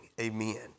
amen